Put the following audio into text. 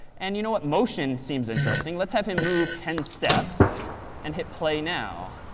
and you know what? motion seems interesting. let's have him move ten steps and hit play now.